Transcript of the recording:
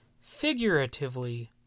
Figuratively